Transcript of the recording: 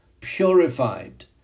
purified